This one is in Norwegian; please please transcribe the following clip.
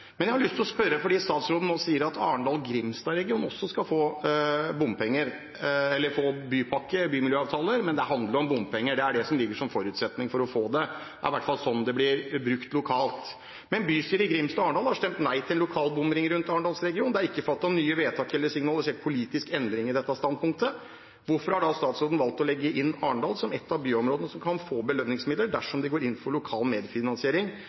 men det handler om bompenger – det er det som ligger som forutsetning for å få det. Det er i hvert fall sånn det blir brukt lokalt. Men bystyrene i Grimstad og Arendal har stemt nei til lokal bomring rundt Arendalsregionen. Det er ikke fattet nye vedtak eller signalisert politisk endring i dette standpunktet. Hvorfor har statsråden da valgt å legge inn Arendal som et av byområdene som kan få belønningsmidler dersom man går inn for lokal